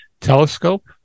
telescope